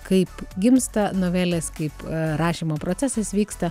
kaip gimsta novelės kaip rašymo procesas vyksta